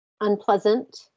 unpleasant